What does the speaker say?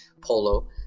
polo